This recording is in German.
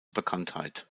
bekanntheit